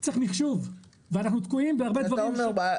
צריך מחשוב ואנחנו תקועים בהרבה דברים.